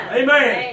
amen